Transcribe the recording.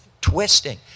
twisting